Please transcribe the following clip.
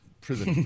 prison